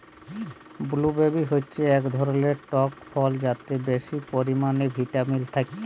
blueberry হচ্যে এক ধরলের টক ফল যাতে বেশি পরিমালে ভিটামিল থাক্যে